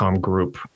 group